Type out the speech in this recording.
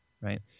right